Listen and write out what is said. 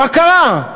מה קרה?